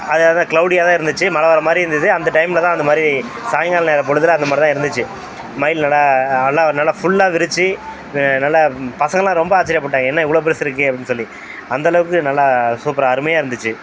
அது அதுதான் க்ளொடியாக தான் இருந்துச்சு மழை வர மாதிரி இருந்தது அந்த டைமில் தான் அது மாதிரி சாயங்கால நேரம் பொழுதுல அந்த மாதிரி தான் இருந்துச்சு மயில் நல்லா அல்லா நல்லா ஃபுல்லாக விரிச்சி நல்லா பசங்கெளெல்லாம் ரொம்ப ஆச்சரியப்பட்டாய்ங்க என்ன இவ்வளோ பெரிசு இருக்கே அப்படின்னு சொல்லி அந்த அளவுக்கு நல்லா சூப்பராக அருமையாக இருந்துச்சு